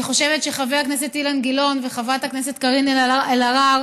אני חושבת שחבר הכנסת אילן גילאון וחברת הכנסת קארין אלהרר